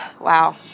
Wow